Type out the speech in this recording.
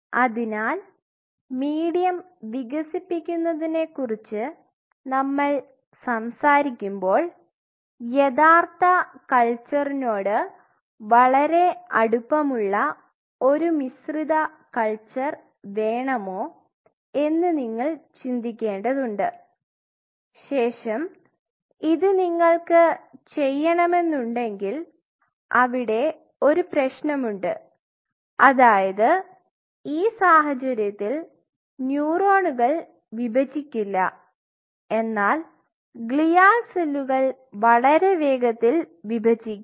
അതിനാൽ മീഡിയം വികസിപ്പിക്കുന്നതിനെക്കുറിച്ച് നമ്മൾ സംസാരിക്കുമ്പോൾ യഥാർത്ഥ കൽച്ചറിനോട് വളരെ അടുപ്പമുള്ള ഒരു മിശ്രിത കൾച്ചർ വേണമൊ എന്ന് നിങ്ങൾ ചിന്തിക്കേണ്ടതുണ്ട് ശേഷം ഇത് നിങ്ങൾക് ചെയ്യണമെന്നുണ്ടെങ്കിൽ അവിടെ ഒരു പ്രേശ്നമുണ്ട് അതായത് ഈ സാഹചര്യത്തിൽ ന്യൂറോണുകൾ വിഭജിക്കില്ല എന്നാൽ ഗ്ലിയാൽ സെല്ലുകൾ വളരെ വേഗത്തിൽ വിഭജിക്കും